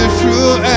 true